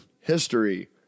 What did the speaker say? history